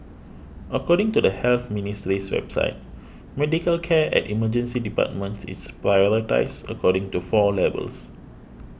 according to the Health Ministry's website medical care at Emergency Departments is prioritised according to four levels